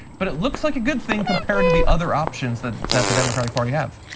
but it looks like a good thing compared to the other options that that the democratic party have.